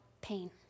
pain